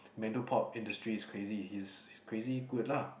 Mandopop industry he's crazy he's he's crazy good lah